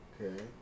Okay